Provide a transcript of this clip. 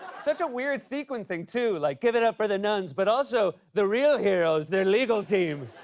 such a weird sequencing, too. like, give it up for the nuns, but also, the real heroes, their legal team.